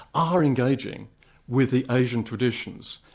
are engaging with the asian traditions,